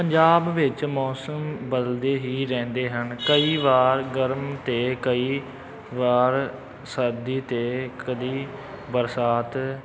ਪੰਜਾਬ ਵਿੱਚ ਮੌਸਮ ਬਦਲਦੇ ਹੀ ਰਹਿੰਦੇ ਹਨ ਕਈ ਵਾਰ ਗਰਮ ਅਤੇ ਕਈ ਵਾਰ ਸਰਦੀ ਅਤੇ ਕਦੇ ਬਰਸਾਤ